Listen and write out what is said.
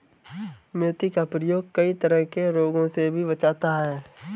मेथी का प्रयोग कई तरह के रोगों से भी बचाता है